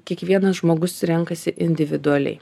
kiekvienas žmogus renkasi individualiai